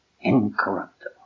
Incorruptible